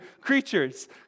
creatures